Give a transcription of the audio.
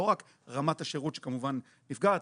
לא רק רמת השירות שכמובן נפגעת,